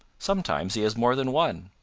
sometimes he has more than one.